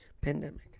pandemic